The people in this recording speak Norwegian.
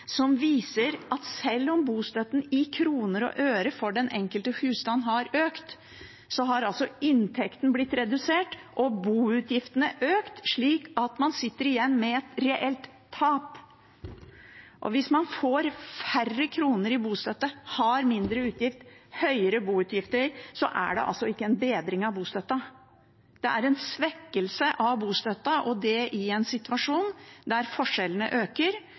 som viser at selv om bostøtten i kroner og øre for den enkelte husstand har økt, har altså inntekten blitt redusert og boutgiftene økt, slik at man sitter igjen med et reelt tap. Hvis man får færre kroner i bostøtte, har mindre inntekt og høyere boutgifter, er det ikke en bedring av bostøtten. Det er en svekkelse av bostøtten, og det i en situasjon der forskjellene øker,